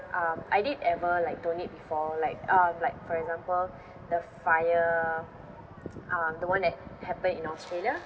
um I did ever like donate before like um like for example the fire um the one that happened in Australia